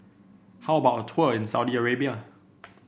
how about a tour in Saudi Arabia